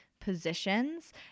positions